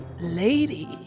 lady